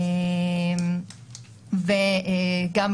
וגם,